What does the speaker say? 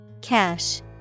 Cash